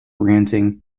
ranting